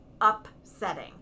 upsetting